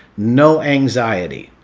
no anxiety.